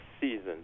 season